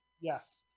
yes